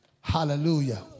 Hallelujah